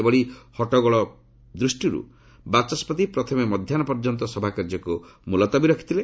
ଏଭଳି ହଟ୍ଟଗୋଳ ଦୃଷ୍ଟିରୁ ବାଚସ୍କତି ପ୍ରଥମେ ମଧ୍ୟାହ୍ନ ପର୍ଯ୍ୟନ୍ତ ସଭାକାର୍ଯ୍ୟକୁ ମୁଲତବୀ ରଖିଥିଲେ